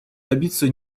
добиться